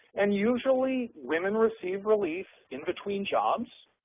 and usually women receive relief in between jobs,